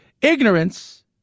Ignorance